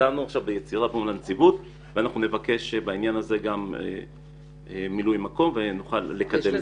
פנינו לנציבות ואנחנו נבקש בעניין הזה מילוי מקום ונוכל לקדם זאת.